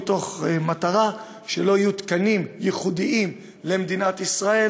מתוך מטרה שלא יהיו תקנים ייחודיים למדינת ישראל